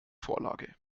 vorlage